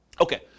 Okay